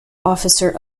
officer